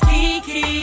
Kiki